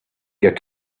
get